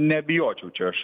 nebijočiau čia aš